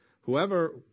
whoever